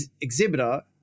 exhibitor